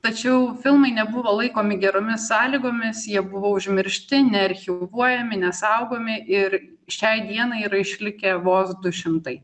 tačiau filmai nebuvo laikomi geromis sąlygomis jie buvo užmiršti nearchyvuojami nesaugomi ir šiai dienai yra išlikę vos du šimtai